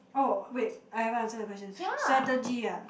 oh wait I haven't answer the question strategy ah